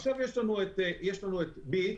עכשיו יש לנו את ביט,